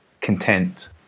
content